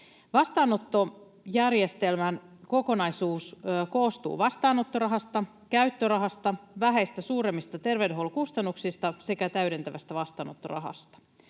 Vastaanottojärjestelmän kokonaisuus koostuu vastaanottorahasta, käyttörahasta, vähäistä suuremmista terveydenhuollon kustannuksista sekä täydentävästä vastaanottorahasta.